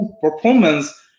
performance